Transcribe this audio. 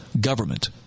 government